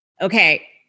Okay